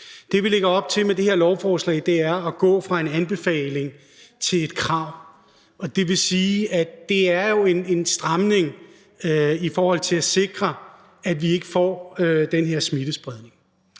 det, vi lægger op til med det her lovforslag, er at gå fra en anbefaling til et krav. Det vil sige, at det jo er en stramning i forhold til at sikre, at vi ikke får den her smittespredning.